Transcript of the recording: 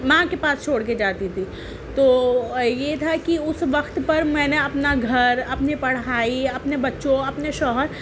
ماں کے پاس چھوڑ کے جاتی تھی تو یہ تھا کہ اس وقت پر میں نے اپنا گھر اپنی پڑھائی اپنے بچوں اپنے شوہر